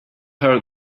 her